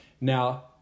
Now